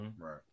right